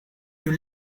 you